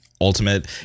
Ultimate